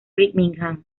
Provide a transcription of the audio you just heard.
birmingham